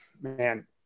man